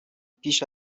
پیش